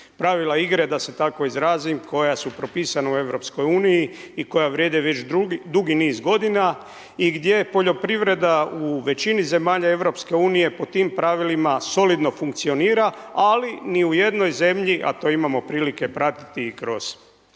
pravila igre, da se tako izrazim, koja su propisana u Europskoj uniji i koja vrijede već dugi niz godina i gdje je poljoprivreda u većini zemalja Europske unije po tim pravilima solidno funkcionira, ali ni u jednoj zemlji, a to imamo prilike pratiti i kroz